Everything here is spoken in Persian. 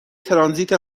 ترانزیت